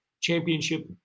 championship